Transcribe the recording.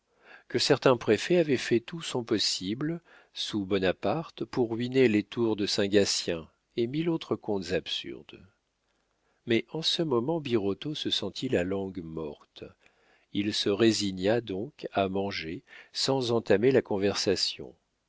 que certain préfet avait fait tout son possible sous bonaparte pour ruiner les tours de saint gatien et milles autres contes absurdes mais en ce moment birotteau se sentit la langue morte il se résigna donc à manger sans entamer la conversation